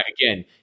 again